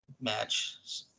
match